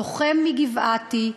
לוחם מגבעתי,